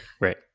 right